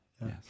Yes